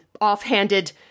offhanded